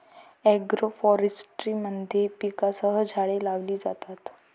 agroforestry मध्ये पिकांसह झाडे लावली जातात